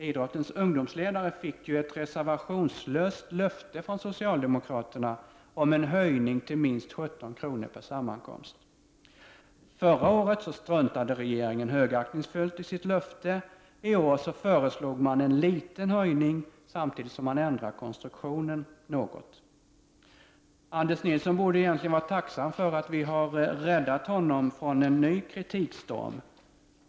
Idrottens ungdomsledare fick ju ett reservationslöst löfte från socialdemokraterna om en höjning till minst 17 kr. per sammankomst. Förra året struntade regeringen högaktningsfullt i sitt löfte. I år föreslog man en liten höjning, samtidigt som man ändrade konstruktionen något. Anders Nilsson borde egentligen vara tacksam för att vi har räddat honom från en ny kritikstorm.